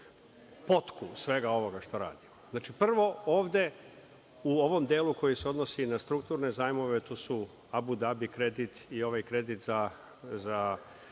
potku svega ovog što radimo. Prvo, ovde u ovom delu koji se odnosi na strukturne zajmove, tu su Abu Dabi kredit i ovaj kredit za